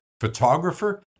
photographer